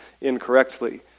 incorrectly